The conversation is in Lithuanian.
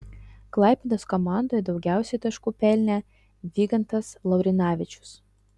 klaipėdos komandoje daugiausiai taškų pelnė vygantas laurinavičius